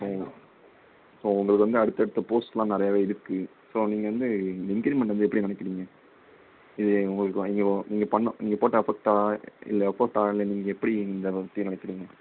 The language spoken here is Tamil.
ஓ ஸோ உங்களுக்கு வந்து அடுத்தடுத்த போஸ்டெலாம் நிறையாவே இருக்குது ஸோ நீங்கள் வந்து இந்த இன்கிரீமெண்ட் வந்து எப்படி நினைக்கிறீங்க இது உங்களுக்கு வா இங்கே வா நீங்கள் பண்ணணும் நீங்கள் போட்ட எஃபக்ட்டாக இல்லை எஃபோர்ட்டாக இல்லை நீங்கள் எப்படி இந்த பற்றி நினைக்கிறீங்க